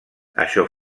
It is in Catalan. això